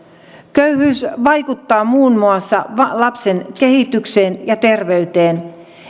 köyhyys vaikuttaa muun muassa lapsen kehitykseen ja terveyteen